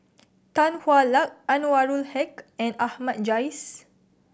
Tan Hwa Luck Anwarul Haque and Ahmad Jais